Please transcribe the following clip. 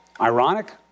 Ironic